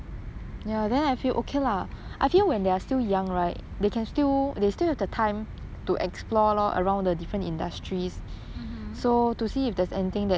mmhmm